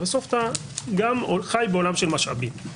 ובסוף אתה גם חי בעולם של משאבים.